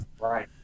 Right